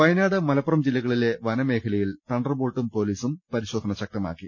വയനാട് മലപ്പുറം ജില്ലകളിലെ വനമേഖലകളിൽ തണ്ടർബോൾട്ടും പൊലീസും പരിശോധന ശക്തമാക്കി